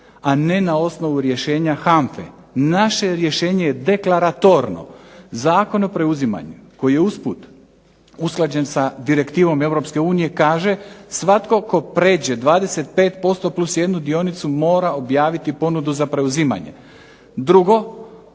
a ne na osnovu rješenja HANFA-e. Naše je rješenje deklaratorno. Zakon o preuzimanju koji je usput usklađen sa direktivom Europske unije kaže svatko tko prijeđe 25% plus jednu dionicu mora objaviti ponudu za preuzimanje. Drugo,